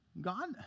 God